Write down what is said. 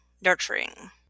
nurturing